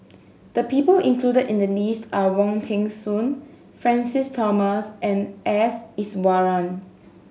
the people included in the list are Wong Peng Soon Francis Thomas and S Iswaran